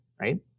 Right